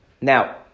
Now